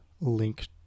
link